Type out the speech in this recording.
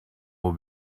will